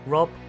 Rob